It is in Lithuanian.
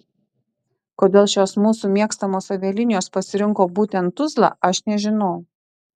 kodėl šios mūsų mėgstamos avialinijos pasirinko būtent tuzlą aš nežinau